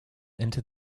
into